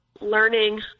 learning